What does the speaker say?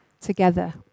together